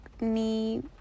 need